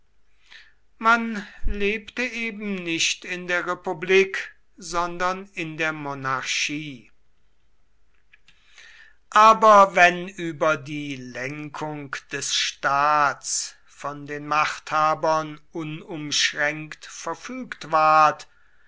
man lebte eben nicht in der republik sondern in der monarchie aber wenn über die lenkung des staats von den machthabern unumschränkt verfügt ward